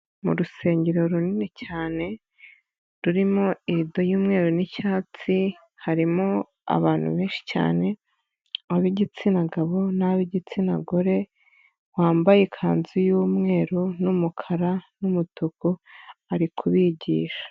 Mu rusengero runini cyane rurimo irido y'umweru n'icyatsi, harimo abantu benshi cyane ab'igitsina gabo n'ab'igitsina gore, wambaye ikanzu y'umweru n'umukara n'umutuku ari kubigisha.